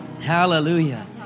hallelujah